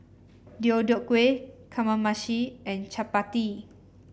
Deodeok Gui Kamameshi and Chapati